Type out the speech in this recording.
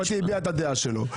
היועץ המשפטי הביע את הדעה שלו.